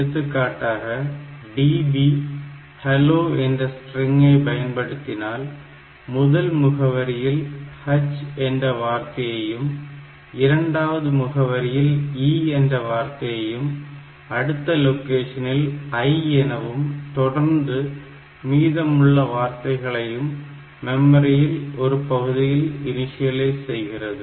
எடுத்துக்காட்டாக DB hello என்ற string பயன்படுத்தப்பட்டால் முதல் முகவரியில் h என்ற வார்த்தையையும் இரண்டாவது முகவரியில் e என்ற வார்த்தையையும் அடுத்த லொகேஷனில் l எனவும் தொடர்ந்து மீதம் உள்ள வார்த்தைகளையும் மெமரியில் ஒரு பகுதியை இணிஷியலைஸ் செய்கிறது